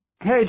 Hey